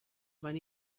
when